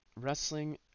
wrestling